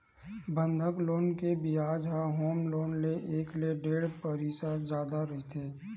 बंधक लोन के बियाज ह होम लोन ले एक ले डेढ़ परतिसत जादा रहिथे